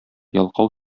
ялкау